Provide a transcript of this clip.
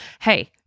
Hey